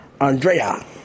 Andrea